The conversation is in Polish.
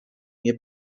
nie